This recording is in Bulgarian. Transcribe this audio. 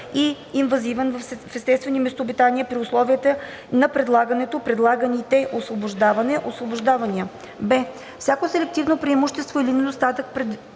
и инвазивен в естествени местообитания при условията на предлаганото/предлаганите освобождаване/освобождавания; б) всяко селективно преимущество или недостатък,